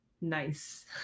nice